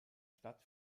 stadt